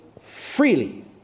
freely